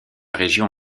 région